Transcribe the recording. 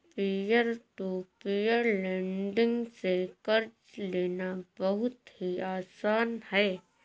peer to peer lending से कर्ज लेना बहुत ही आसान है